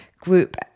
group